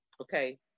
Okay